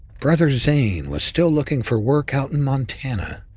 brother zane was still looking for work out in montana,